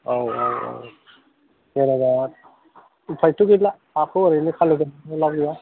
औ औ औ जेनेबा उफायथ' गैला हाखौ ओरैनो खालि दोननानै लाब गैया